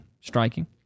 striking